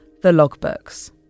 thelogbooks